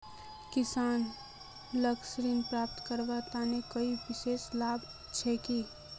किसान लाक ऋण प्राप्त करवार तने कोई विशेष लाभ छे कि?